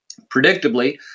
Predictably